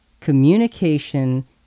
Communication